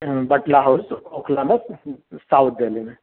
Batla House Okhla میں south Delhi میں